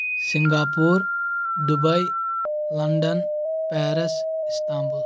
Singapore Dubai London Paris Istanbul